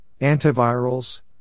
antivirals